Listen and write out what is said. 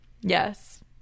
Yes